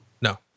No